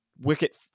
wicket